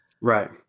right